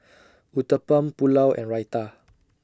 Uthapam Pulao and Raita